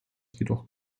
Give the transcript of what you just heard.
jedoch